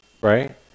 Right